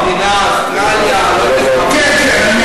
אוסטרליה, כן, כן,